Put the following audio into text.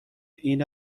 این